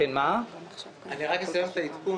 רק אסיים את העדכון.